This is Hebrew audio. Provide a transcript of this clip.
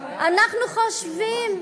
אין כיבוש.